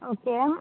okay